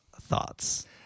thoughts